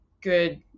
good